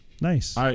Nice